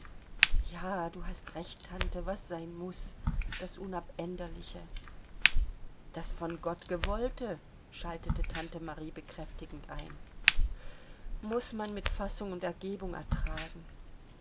ja du hast recht tante was sein muß das unabänderliche das von gott gewollte schaltete tante marie bekräftigend ein muß man mit fassung und ergebung ertragen